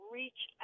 reach